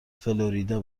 فلوریدا